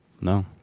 No